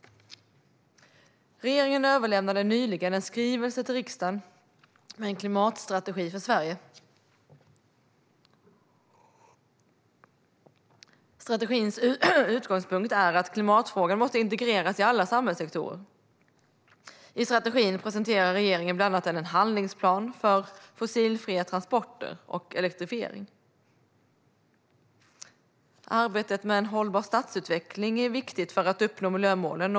Regeringen överlämnade nyligen en skrivelse till riksdagen med en klimatstrategi för Sverige. Strategins utgångspunkt är att klimatfrågan måste integreras i alla samhällssektorer. I strategin presenterar regeringen bland annat en handlingsplan för fossilfria transporter och elektrifiering. Arbetet med en hållbar stadsutveckling är viktigt för att uppnå miljömålen.